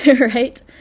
Right